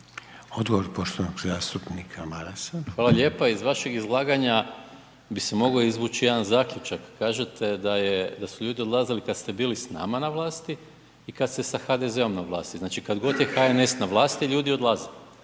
Odgovor poštovanog zastupnika Marasa. **Maras, Gordan (SDP)** Hvala lijepo. Iz vašeg izlaganja bi se mogao izvući jedan zaključak. Kažete da su ljudi odlazili kada ste bili s nama na vlasti i kada ste sa HDZ-om na vlasti. Znači kad god je HNS na vlasti ljudi odlaze.